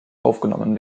aufgenommen